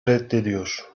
reddediyor